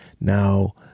Now